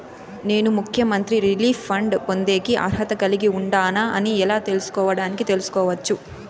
నేను ముఖ్యమంత్రి relief fund పొందేకి అర్హత కలిగి ఉండానా అని ఎలా తెలుసుకోవడానికి తెలుసుకోవచ్చు